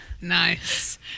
nice